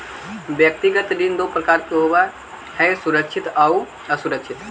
व्यक्तिगत ऋण दो प्रकार के होवऽ हइ सुरक्षित आउ असुरक्षित